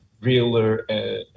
realer